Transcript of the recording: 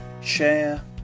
share